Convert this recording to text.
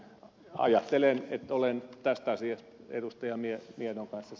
ajattelen että olen tästä asiasta ed